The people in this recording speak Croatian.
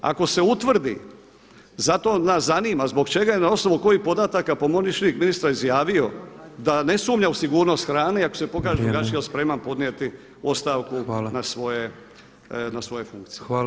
Ako se utvrdi, zato nas zanima zbog čega je na osnovu kojih podataka pomoćnik ministra izjavio da ne sumnja u sigurnost hrane i ako se pokaže [[Upadica predsjednik: Vrijeme.]] drugačije ja sam spreman podnijeti ostavku na svoje funkcije.